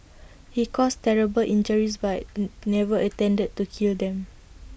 he caused terrible injuries but never intended to kill them